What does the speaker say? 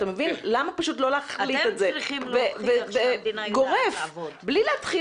למה פשוט לא להחליט על זה גורף בלי להתחיל